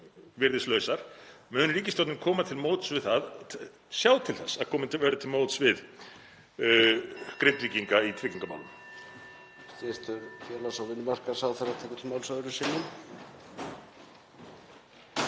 virðislausar? Mun ríkisstjórnin koma til móts við það og sjá til þess að komið verði til móts við Grindvíkinga í tryggingamálum?